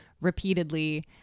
repeatedly